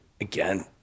again